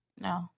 No